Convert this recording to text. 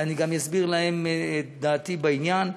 ואני גם אסביר להם את דעתי בעניין.